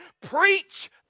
preach